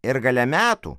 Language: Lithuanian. ir gale metų